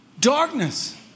darkness